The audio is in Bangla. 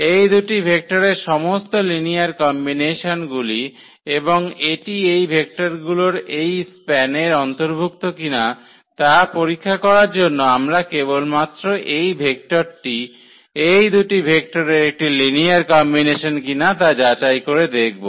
এই দুটি ভেক্টরের সমস্ত লিনিয়ার কম্বিনেশনগুলি এবং এটি এই ভেক্টরগুলির এই স্প্যানের অন্তর্ভুক্ত কিনা তা পরীক্ষা করার জন্য আমরা কেবলমাত্র এই ভেক্টরটি এই দুটি ভেক্টরের একটি লিনিয়ার কম্বিনেশন কিনা তা যাচাই করে দেখব